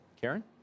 Karen